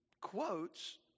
quotes